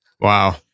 Wow